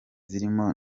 zirimo